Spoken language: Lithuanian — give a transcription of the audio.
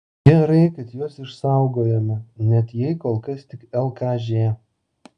gerai kad juos išsaugojome net jei kol kas tik lkž